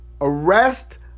arrest